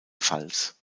pfalz